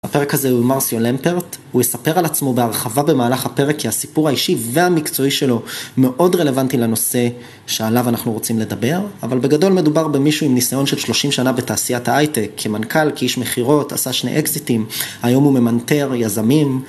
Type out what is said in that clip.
הפרק הזה הוא מרסיו למפרט, הוא מספר על עצמו בהרחבה במהלך הפרק כי הסיפור האישי והמקצועי שלו מאוד רלוונטי לנושא שעליו אנחנו רוצים לדבר, אבל בגדול מדובר במשהוא עם ניסיון של 30 שנה בתעשיית ההייטק, כמנכ"ל, כאיש מכירות, עשה שני אקזיטים, היום הוא ממנתר יזמים.